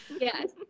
Yes